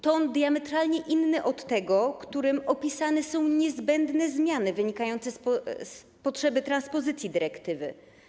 Ton diametralnie inny od tego, jakim opisane są niezbędne zmiany wynikające z potrzeby transpozycji dyrektywy.